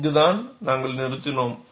இங்குதான் நாங்கள் நிறுத்தினோம்